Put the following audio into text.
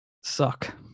suck